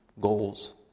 goals